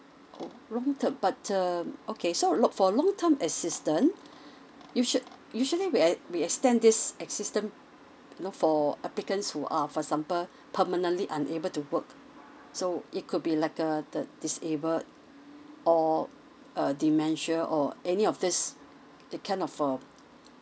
oh long term but okay so lo~ for long time assistance you should usually we e~ we extend this assistance look for applicants who are for example permanently unable to work so it could be like uh the disabled or uh dementia or any of this it kind of uh